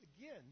again